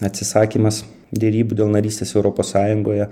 atsisakymas derybų dėl narystės europos sąjungoje